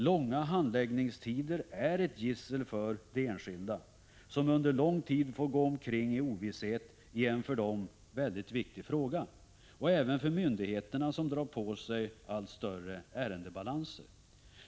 Långa handläggningstider är ett gissel för de enskilda, som under lång tid får gå omkring i ovisshet i en för dem mycket viktig fråga, och även för myndigheterna, som drar på sig allt större ärendebalanser.